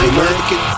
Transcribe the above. American